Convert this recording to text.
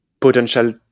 potential